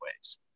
ways